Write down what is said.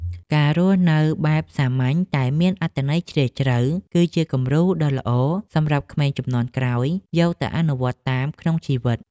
ការរស់នៅបែបសាមញ្ញតែមានអត្ថន័យជ្រាលជ្រៅ គឺជាគំរូដ៏ល្អសម្រាប់ក្មេងជំនាន់ក្រោយយកទៅអនុវត្តតាមក្នុងជីវិត។